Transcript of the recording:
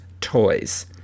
Toys